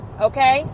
Okay